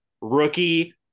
rookie